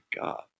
God